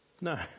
No